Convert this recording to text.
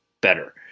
better